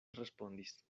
respondis